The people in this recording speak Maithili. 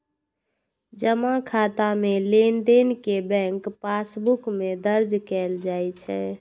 जमा खाता मे लेनदेन कें बैंक पासबुक मे दर्ज कैल जाइ छै